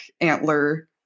antler